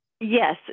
Yes